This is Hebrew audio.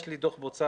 יש לי דוח בוצה